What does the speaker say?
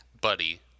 buddy